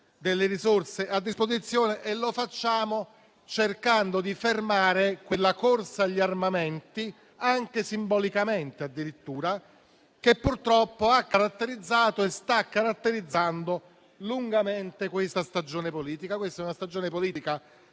delle risorse a sua disposizione cercando però di fermare quella corsa agli armamenti - addirittura anche simbolicamente - che, purtroppo, ha caratterizzato e sta caratterizzando lungamente questa stagione politica. Questa è una stagione politica